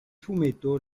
fumetto